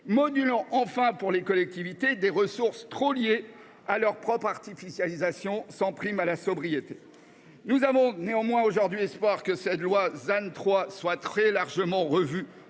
modulant enfin pour les collectivités des ressources trop liées à leur propre artificialisation, sans prime à la sobriété. Nous espérons néanmoins que la proposition de loi ZAN 3 sera très largement revue